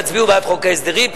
תצביעו בעד חוק ההסדרים,